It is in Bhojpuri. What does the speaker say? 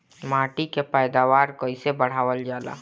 माटी के पैदावार कईसे बढ़ावल जाला?